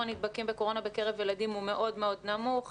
הנדבקים בקורונה בקרב ילדים הוא מאוד נמוך.